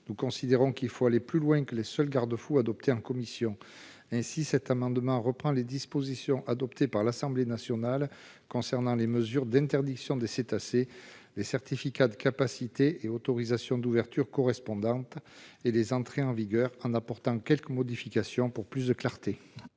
nous estimons qu'il faut aller plus loin que les seuls garde-fous adoptés en commission. Ainsi, cet amendement tend à reprendre les dispositions adoptées par l'Assemblée nationale concernant les mesures d'interdiction de détention des cétacés en captivité, les certificats de capacité et autorisations d'ouverture correspondantes et les entrées en vigueur, en apportant quelques modifications pour gagner en clarté.